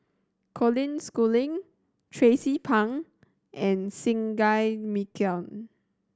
Colin Schooling Tracie Pang and Singai